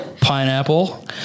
pineapple